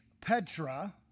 Petra